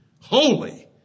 holy